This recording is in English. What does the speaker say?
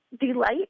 delight